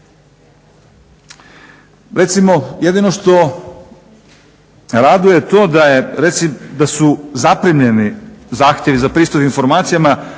Recimo, jedino što raduje to da je, da su zaprimljeni zahtjevi za pristup informacijama